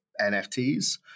NFTs